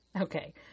Okay